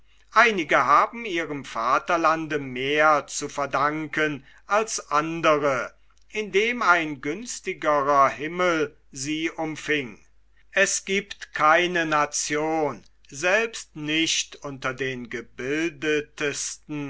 einige haben ihrem vaterlande mehr zu verdanken als andere indem ein günstigerer himmel sie umfieng er giebt keine nation selbst nicht unter den gebildetesten